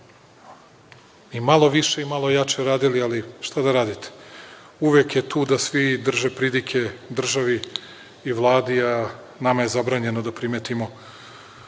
i malo više i malo jače radili, ali šta da radite, uvek je tu da svi drže pridike državi i Vladi, a nama je zabranjeno da primetimo